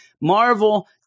Marvel